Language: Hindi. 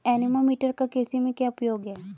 एनीमोमीटर का कृषि में क्या उपयोग है?